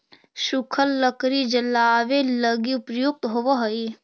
सूखल लकड़ी जलावे लगी उपयुक्त होवऽ हई